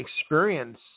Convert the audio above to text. experience